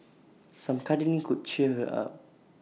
some cuddling could cheer her up